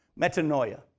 metanoia